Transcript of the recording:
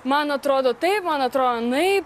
man atrodo taip man atrodo anaip